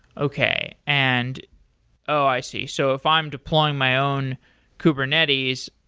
okay. and oh, i see. so if i'm deploying my own kubernetes,